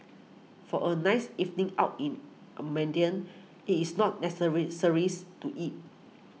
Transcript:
for a nice evening out in it is not to eat